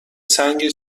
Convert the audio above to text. سنگ